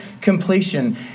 completion